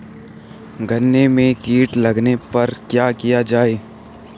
गन्ने में कीट लगने पर क्या किया जाये?